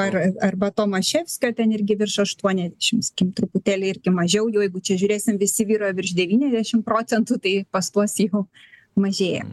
ar arba tomaševskio ten irgi virš aštuoniasdešim sakykim truputėlį irgi mažiau jeigu čia žiūrėsim visi vyrauja virš devyniasdešim procentų tai pas tuos jau mažėja